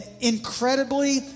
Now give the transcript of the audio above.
incredibly